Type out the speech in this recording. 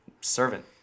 servant